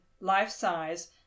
life-size